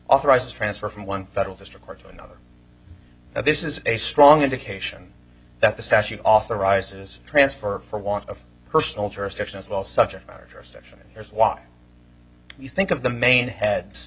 authorized to transfer from one federal district court to another and this is a strong indication that the statute authorizes trance for want of personal jurisdiction as well subject matter jurisdiction here's why you think of the main heads